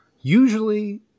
usually